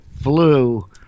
flew